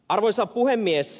arvoisa puhemies